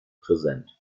präsent